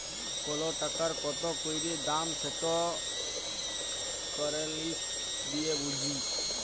call টাকার কত ক্যইরে দাম সেট কারেলসি দিঁয়ে বুঝি